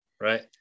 right